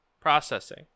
processing